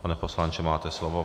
Pane poslanče, máte slovo.